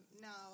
now